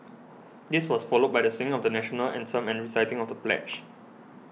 this was followed by the sing of the National Anthem and reciting of the pledge